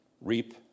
reap